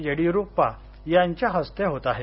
येडीयुरप्पा यांच्या हस्ते होत आहे